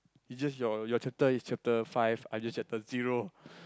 it's just your your chapter is chapter five I just chapter zero